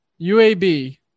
UAB